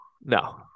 no